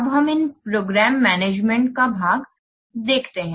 अब हम इस प्रोग्राम मैनेजमेंट भाग को देखते हैं